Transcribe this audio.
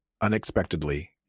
unexpectedly